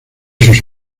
sus